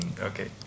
Okay